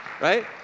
right